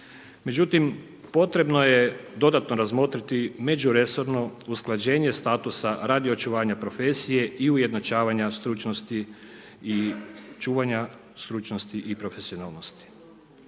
Međutim, potrebno je dodatno razmotriti međuresorno usklađenje statusa radi očuvanja profesije i ujednačavanja stručnosti i čuvanja stručnosti